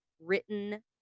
written